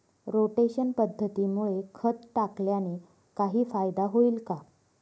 Rotation पद्धतीमुळे खत टाकल्याने काही फायदा होईल का?